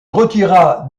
retira